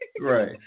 Right